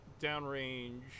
downrange